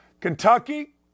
Kentucky